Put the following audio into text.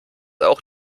auch